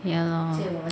ya lor